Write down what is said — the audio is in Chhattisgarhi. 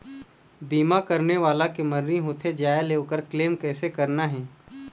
बीमा करने वाला के मरनी होथे जाय ले, ओकर क्लेम कैसे करना हे?